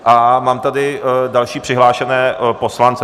A mám tady další přihlášené poslance.